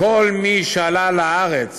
כל מי שעלה לארץ